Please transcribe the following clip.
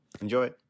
Enjoy